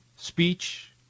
speech